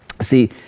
See